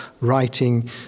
writing